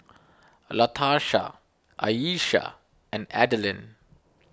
Latarsha Ayesha and Adalynn